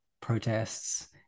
protests